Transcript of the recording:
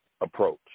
approach